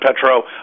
Petro